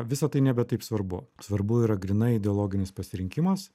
visa tai nebe taip svarbu svarbu yra grynai ideologinis pasirinkimas